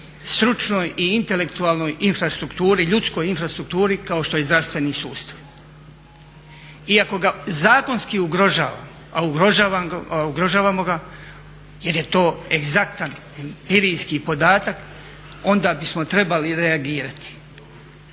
stručnoj i intelektualnoj infrastrukturi, ljudskoj infrastrukturi kao što je zdravstveni sustav. Iako ga zakonski ugrožavamo, a ugrožavamo ga jer je to egzaktan empirijski podatak onda bismo trebali reagirati.